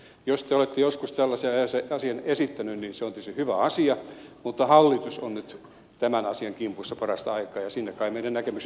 jos te olette joskus tällaisen asian esittänyt niin se on tietysti hyvä asia mutta hallitus on nyt tämän asian kimpussa parasta aikaa ja siinä kai meidän näkemykset yhdistyvät